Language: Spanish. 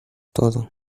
todo